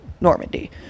Normandy